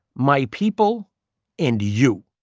my people and you.